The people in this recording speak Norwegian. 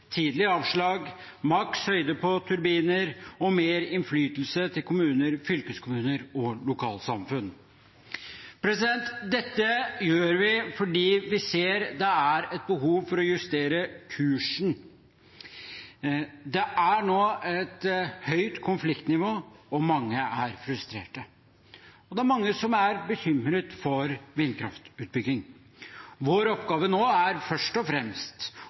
tidlig avslag, maks høyde på turbiner og mer innflytelse til kommuner, fylkeskommuner og lokalsamfunn. Dette gjør vi fordi vi ser at det er et behov for å justere kursen. Det er nå et høyt konfliktnivå, og mange er frustrert. Det er mange som er bekymret for vindkraftutbygging. Vår oppgave nå er først og fremst